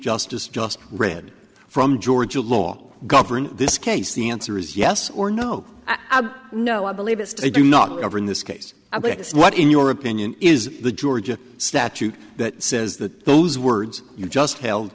justice just read from georgia law govern this case the answer is yes or no no i believe it's they do not govern this case what in your opinion is the georgia statute that says that those words you just held